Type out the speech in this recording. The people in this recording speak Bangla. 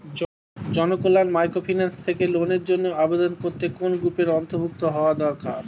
জনকল্যাণ মাইক্রোফিন্যান্স থেকে লোনের জন্য আবেদন করতে কোন গ্রুপের অন্তর্ভুক্ত হওয়া দরকার?